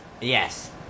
Yes